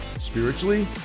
spiritually